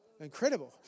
incredible